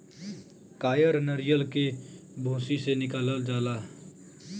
कायर नरीयल के भूसी से निकालल जाला